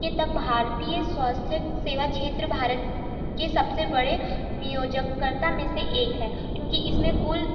के तब भारतीय स्वास्थ सेवा क्षेत्र भारत के सबसे बड़े नियोजककर्ता में से एक है क्योंकि इसमें कुल